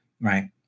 Right